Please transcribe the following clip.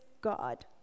God